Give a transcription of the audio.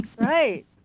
right